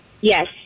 Yes